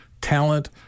talent